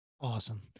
Awesome